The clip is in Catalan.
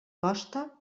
costa